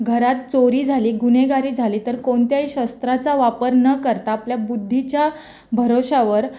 घरात चोरी झाली गुन्हेगारी झाली तर कोणत्याही शस्त्राचा वापर न करता आपल्या बुद्धीच्या भरवशावर